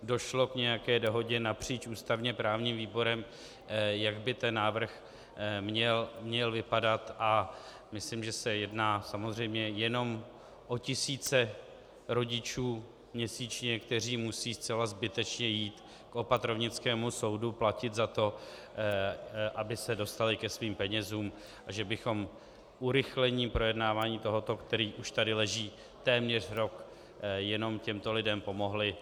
Došlo k nějaké dohodě napříč ústavněprávním výborem, jak by ten návrh měl vypadat, a myslím, že se jedná samozřejmě jenom o tisíce rodičů měsíčně, kteří musí zcela zbytečně jít k opatrovnickému soudu platit za to, aby se dostali ke svým penězům, a že bychom urychlením projednávání tohoto návrhu, který tady už leží téměř rok, jenom těmto lidem pomohli.